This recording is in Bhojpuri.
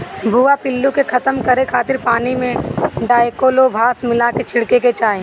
भुआ पिल्लू के खतम करे खातिर पानी में डायकलोरभास मिला के छिड़के के चाही